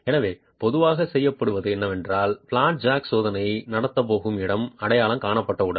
எனவே பொதுவாக செய்யப்படுவது என்னவென்றால் பிளாட் ஜாக் சோதனை நடத்தப் போகும் இடம் அடையாளம் காணப்பட்டவுடன்